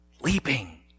leaping